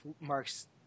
Mark's